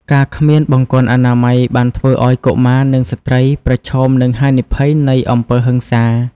ការគ្មានបង្គន់អនាម័យបានធ្វើឱ្យកុមារ និងស្ត្រីប្រឈមនឹងហានិភ័យនៃអំពើហិង្សា។